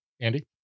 Andy